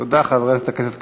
תודה, חברת הכנסת קריב.